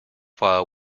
file